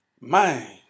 Man